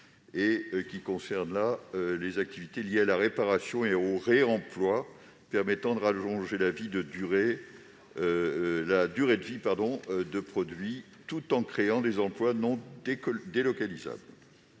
elle vise les activités liées à la réparation et au réemploi, ce qui permet d'allonger la durée de vie de produits, tout en créant des emplois non délocalisables.